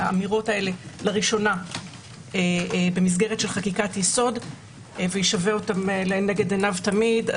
האמירות האלה לראשונה במסגרת חקיקת יסוד וישווה לנגד עיניו תמיד,